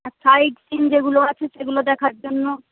আর sightseeing যেগুলো আছে সেগুলো দেখার জন্য